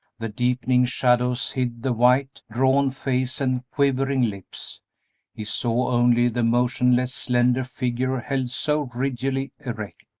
the deepening shadows hid the white, drawn face and quivering lips he saw only the motionless, slender figure held so rigidly erect.